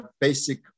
basic